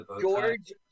George